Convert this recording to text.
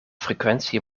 frequentie